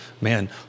man